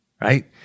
right